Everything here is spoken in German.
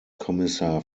kommissar